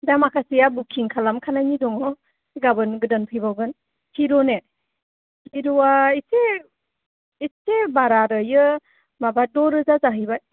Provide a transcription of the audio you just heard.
दा माखासेया बुकिं खालामखानायनि दङ गाबोन गोदान फैबावगोन हिर'नि हिर'आ इसे इसे बारा बेयो माबा द' रोजा जाहैबाय